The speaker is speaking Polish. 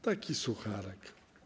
Taki sucharek.